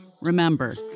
Remember